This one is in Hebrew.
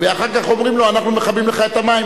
ואחר כך אומרים לו: אנחנו מנתקים לך את המים.